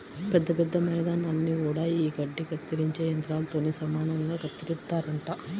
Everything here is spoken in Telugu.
పెద్ద పెద్ద మైదానాల్ని గూడా యీ గడ్డి కత్తిరించే యంత్రాలతోనే సమానంగా కత్తిరిత్తారంట